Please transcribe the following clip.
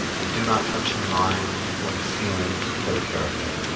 and do not touch the mind or the feelings or the character.